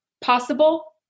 possible